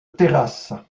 terrasse